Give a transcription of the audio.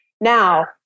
Now